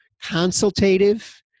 Consultative